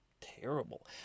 terrible